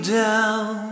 down